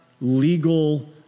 legal